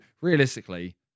realistically